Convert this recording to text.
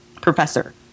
professor